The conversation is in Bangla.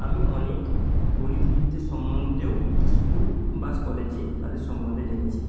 আমি অনেক গণিতবিদদের সম্বন্ধেও স্কুল বা কলেজে তাদের সম্বন্ধে জেনেছি